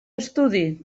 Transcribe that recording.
estudi